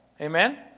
Amen